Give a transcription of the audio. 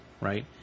Right